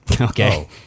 Okay